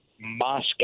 Moscow